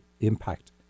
impact